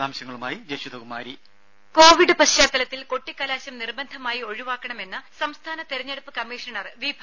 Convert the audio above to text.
വിശദാംശങ്ങളുമായി ജഷിത കുമാരി വോയ്സ് ദേദ കോവിഡ് പശ്ചാത്തലത്തിൽ കൊട്ടിക്കലാശം നിർബന്ധമായി ഒഴിവാക്കണമെന്ന് സംസ്ഥാന തെരഞ്ഞെടുപ്പ് കമ്മീഷണർ വി